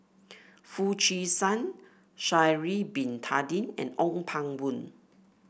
Foo Chee San Sha'ari Bin Tadin and Ong Pang Boon